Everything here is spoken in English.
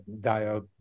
diode